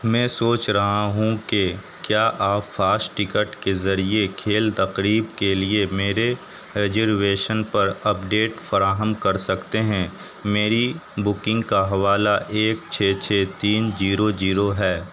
میں سوچ رہا ہوں کہ کیا آپ فاسٹ ٹکٹ کے ذریعے کھیل تقریب کے لیے میرے ریزرویشن پر اپڈیٹ فراہم کر سکتے ہیں میری بکنگ کا حوالہ ایک چھ چھ تین جیرو جیرو ہے